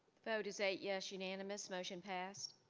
vote is eight yes, unanimous motion passed.